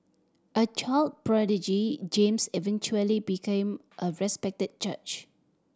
a child prodigy James eventually became a respected judge